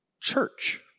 church